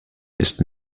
ist